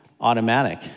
automatic